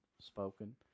spoken